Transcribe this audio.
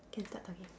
can start talking